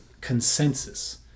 consensus